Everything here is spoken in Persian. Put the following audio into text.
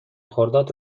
خرداد